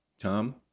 Tom